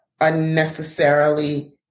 unnecessarily